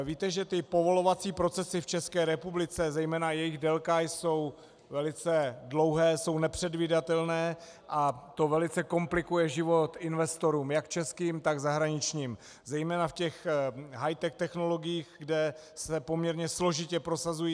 Víte, že povolovací procesy v České republice, zejména jejich délka, jsou velice dlouhé, jsou nepředvídatelné, a to velice komplikuje život investorům jak českým, tak zahraničním, zejména v hightech technologiích, kde se poměrně složitě tyto věci prosazují.